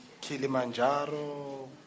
Kilimanjaro